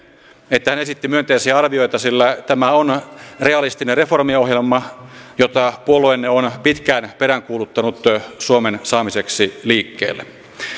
että hän esitti myönteisiä arvioita sillä tämä on realistinen reformiohjelma jota puolueenne on pitkään peräänkuuluttanut suomen saamiseksi liikkeelle